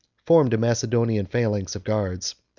formed a macedonian phalanx of guards,